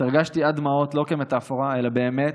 התרגשתי עד דמעות, לא כמטפורה, אלא באמת,